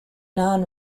non